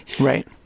Right